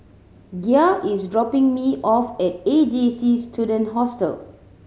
Gia is dropping me off at A J C Student Hostel